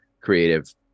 creative